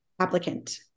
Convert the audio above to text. Applicant